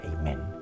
Amen